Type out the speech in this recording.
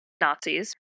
Nazis